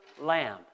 lamb